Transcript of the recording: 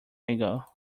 ago